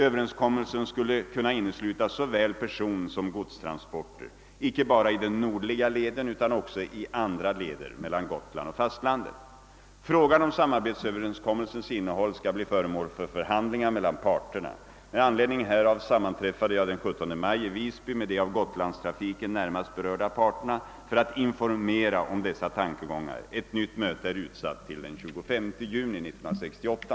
Överenskommelsen skulle kunna innesluta såväl personsom godstransporter, icke bara i den nordliga leden utan också i andra leder mellan Gotland och fastlandet. Frågan om samarbetsöverenskommelsens innehåll skall bli föremål för förhandlingar mellan parterna. Med anledning härav sammanträffade jag den 17 maj i Visby med de av gotlandstrafiken närmast berörda parterna för att informera om dessa tankegångar. Ett nytt möte är utsatt till den 25 juni 1968.